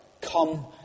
come